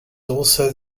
also